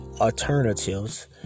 alternatives